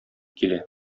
килә